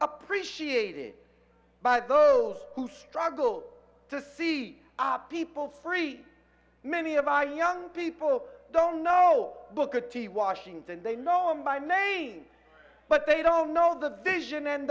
appreciated by those who struggle to see our people free many of our young people don't know booker t washington they know my main but they don't know the vision and